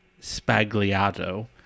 Spagliato